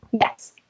Yes